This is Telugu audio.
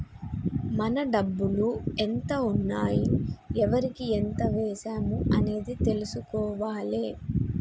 మన డబ్బులు ఎంత ఉన్నాయి ఎవరికి ఎంత వేశాము అనేది తెలుసుకోవాలే